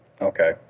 Okay